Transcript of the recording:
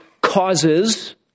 causes